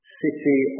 city